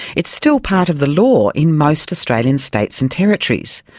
it's still part of the law in most australian states and territories,